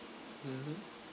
mmhmm